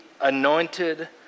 Anointed